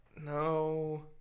No